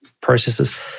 processes